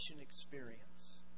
experience